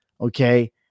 okay